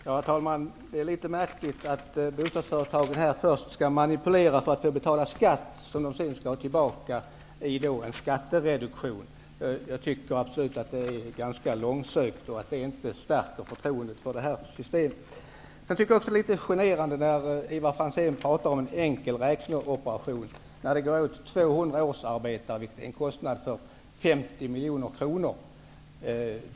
Herr talman! Det är märkligt att bostadsföretagen först skall manipulera för att betala skatt som de sedan skall få tillbaka i en skattereduktion. Jag tycker det är ganska långsökt, och det stärker inte förtroendet för det här systemet. Sedan tycker jag också det är litet generande när Ivar Franzén talar om en enkel räkneoperation. Det går ju åt 200 årsarbetare till en kostnad av 50 miljoner kronor.